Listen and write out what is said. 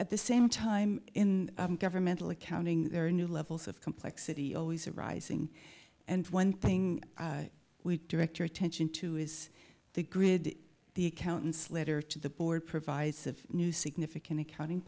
at the same time in governmental accounting there are new levels of complexity always arising and one thing we direct your attention to is the grid the accountants letter to the board provides of new significant accounting